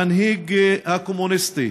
המנהיג הקומוניסטי,